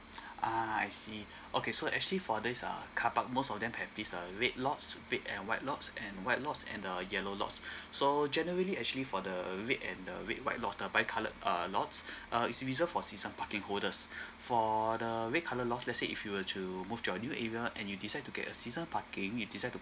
ah I see okay so actually for this uh carpark most of them have these uh red lots red and white lots and white lots and uh yellow lots so generally actually for the red and the red white lot uh by coloured uh lots uh is reserved for season parking holders for the red colour lots let's say if you were to move to your new area and you decide to get a season parking you decide to